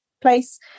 place